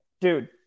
dude